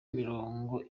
mirongo